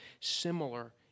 similar